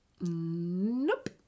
nope